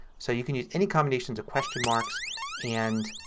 so you can use any combinations of question marks and